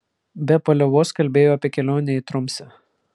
be paliovos kalbėjo apie kelionę į tromsę